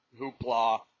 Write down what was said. hoopla